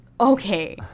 okay